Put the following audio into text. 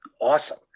awesome